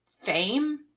fame